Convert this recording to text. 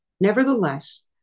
Nevertheless